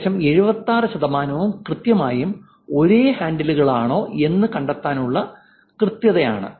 ഏകദേശം 76 ശതമാനവും കൃത്യമായും ഒരേ ഹാൻഡിലുകളാണോ എന്ന് കണ്ടെത്താനുള്ള കൃത്യതയാണ്